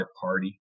party